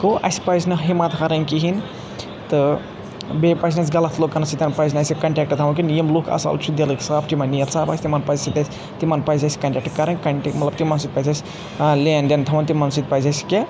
گوٚو اَسہِ پَزِ نہٕ ہمَت ہارٕنۍ کِہیٖنۍ تہٕ بیٚیہِ پَزِ نہٕ اَسہِ غلط لُکَن سۭتۍ پَزِ نہٕ اَسہِ کَنٹیکٹ تھاوُن کِہیٖنۍ یِم یہِ لُکھ اَصٕل چِھ دِلٕکۍ صاف چھِ یِمَن نِیَت صاف آسہِ تِمَن سۭتۍ پَزِ اَسہِ تِمَن پَزِ اَسہِ کَنٹِیٖکٹ کَرٕنۍ مَطلَب تِمَن سۭتۍ پَزِ اَسہِ لین دین تھاوُن تِمَن سۭتۍ پَزِ اَسہِ کینٛہہ